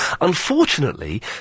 Unfortunately